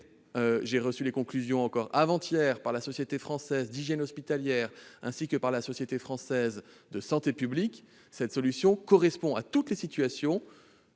j'ai reçu les conclusions avant-hier -par la Société française d'hygiène hospitalière ainsi que par la Société française de santé publique, cette solution des deux barrières